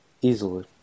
Easily